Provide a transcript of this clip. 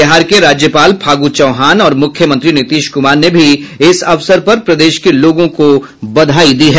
बिहार के राज्यपाल फागू चौहान और मुख्यमंत्री नीतीश कुमार ने भी इस अवसर पर प्रदेश के लोगों को बधाई दी है